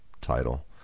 title